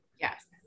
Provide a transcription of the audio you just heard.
Yes